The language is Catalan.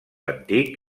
antic